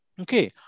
okay